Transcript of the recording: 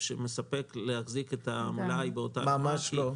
מספק כדי להחזיק את המלאי באותה רמה.